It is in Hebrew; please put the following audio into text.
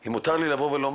אם מותר לי לומר,